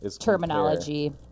terminology